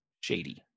shady